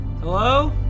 Hello